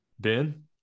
Ben